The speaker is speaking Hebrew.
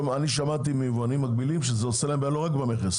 שמעתי מיבואנים מקבילים שזה עושה להם בעיה לא רק במכס.